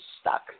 stuck